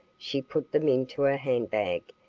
she put them into her handbag,